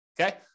Okay